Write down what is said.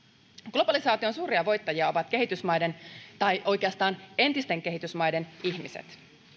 globalisaation suuria voittajia ovat kehitysmaiden tai oikeastaan entisten kehitysmaiden ihmiset